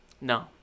No